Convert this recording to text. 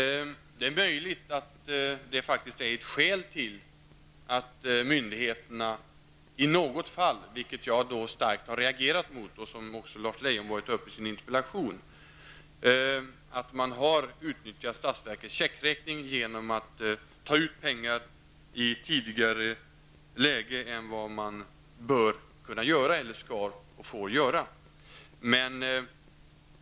Det är möjligt att det faktiskt är ett skäl till att myndigheterna i något fall utnyttjat statsverkets checkräkning genom att ta ut pengar i ett tidigare läge än man bör och skall göra. Detta har både jag och Lars Leijonborg starkt reagerat emot.